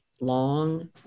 long